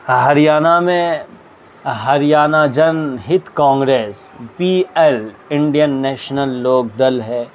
ہریانہ میں Haryana Jan Hit Congress P L Indian National Lok Dal ہے